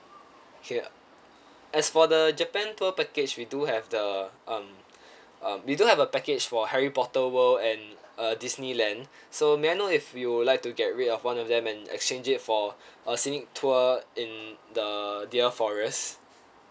K as for the japan tour package we do have the um uh we don't have a package for harry potter world and uh disneyland so may I know if you'll like to get rid of one of them and exchange it for a scenic tour in the deer forest